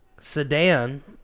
sedan